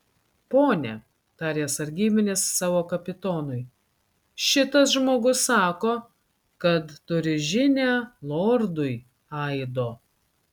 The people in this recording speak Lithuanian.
pone tarė sargybinis savo kapitonui šitas žmogus sako kad turi žinią lordui aido